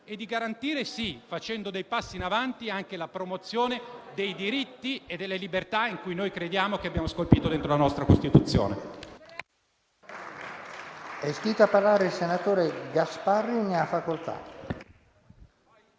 e di garantire, sì, facendo dei passi in avanti, anche la promozione dei diritti e delle libertà in cui noi crediamo e che abbiamo scolpito nella nostra Costituzione.